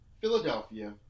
Philadelphia